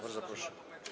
Bardzo proszę.